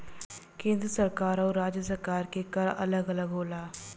केंद्र सरकार आउर राज्य सरकार के कर अलग अलग होला